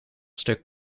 stuk